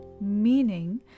meaning